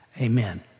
Amen